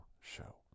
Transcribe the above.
show